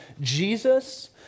Jesus